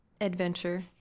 adventure